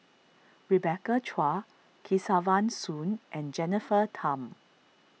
Rebecca Chua Kesavan Soon and Jennifer Tham